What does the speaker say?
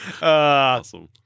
awesome